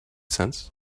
cents